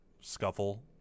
scuffle